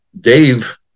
Dave